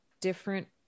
different